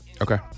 Okay